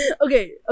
okay